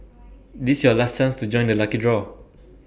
this your last chance to join the lucky draw